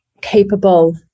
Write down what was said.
capable